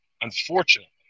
Unfortunately